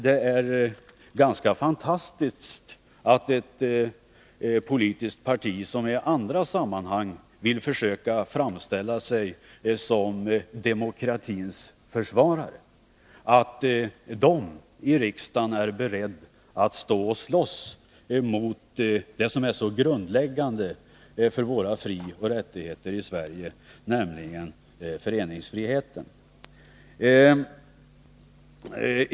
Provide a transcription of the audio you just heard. Det är ganska fantastiskt att ett politiskt parti, som i andra sammanhang vill försöka framställa sig som demokratins försvarare, är berett att i riksdagen slåss mot något så grundläggande för våra frioch rättigheter i Sverige som föreningsfriheten.